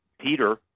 Peter